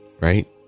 right